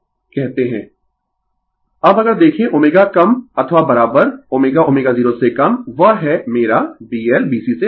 Refer slide Time 3207 अब अगर देखें ω कम अथवा बराबर ω ω0 से कम वह है मेरा B L B C से अधिक है